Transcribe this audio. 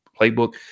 playbook